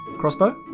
crossbow